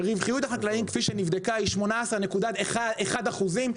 הרווחיות החקלאים כפי שנבדקה היא 18.1 אחוזים,